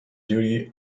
duty